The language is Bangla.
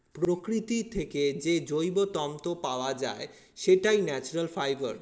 প্রকৃতি থেকে যে জৈব তন্তু পাওয়া যায়, সেটাই ন্যাচারাল ফাইবার